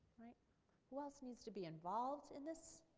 who else needs to be involved in this?